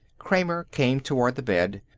kramer came toward the bed.